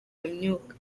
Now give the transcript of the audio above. myuka